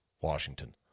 Washington